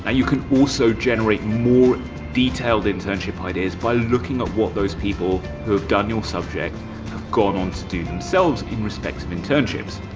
ah you can also generate more detailed internship ideas by looking at what those people who have done your subject have gone on to do themselves in respect of internships.